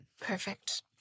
Perfect